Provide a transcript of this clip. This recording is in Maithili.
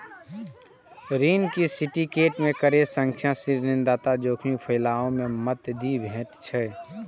ऋण के सिंडिकेट करै सं ऋणदाता कें जोखिम फैलाबै मे मदति भेटै छै